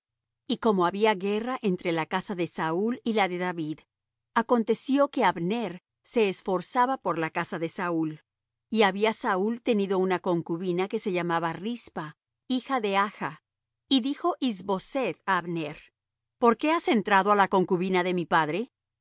y como había guerra entre la casa de saúl y la de david aconteció que abner se esforzaba por la casa de saúl y había saúl tenido una concubina que se llamaba rispa hija de aja y dijo is boseth á abner por qué has entrado á la concubina de mi padre